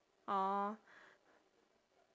orh